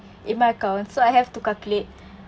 in my account so I have to calculate